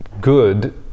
good